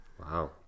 Wow